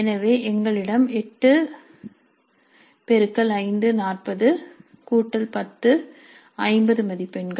எனவே எங்களிடம் 8x5 40 10 50 மதிப்பெண்கள்